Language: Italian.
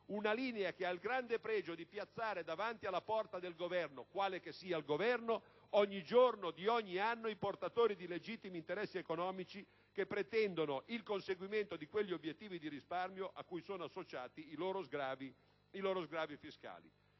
che ha il grande pregio di piazzare davanti alla porta del Governo - quale che esso sia - ogni giorno di ogni anno i portatori di legittimi interessi economici che pretendono il conseguimento di quegli obiettivi di risparmio cui sono associati i loro sgravi fiscali.